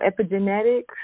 epigenetics